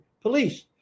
police